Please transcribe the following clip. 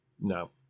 no